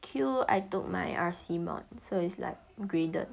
Q I took my R_C module so is like graded